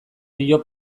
dio